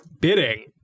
Bidding